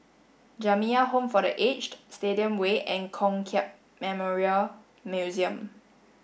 Jamiyah Home for the Aged Stadium Way and Kong Hiap Memorial Museum